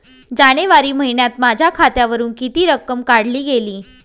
जानेवारी महिन्यात माझ्या खात्यावरुन किती रक्कम काढली गेली?